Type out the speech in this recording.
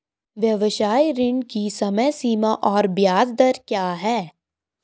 व्यावसायिक ऋण की समय सीमा और ब्याज दर क्या है?